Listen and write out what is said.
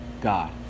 God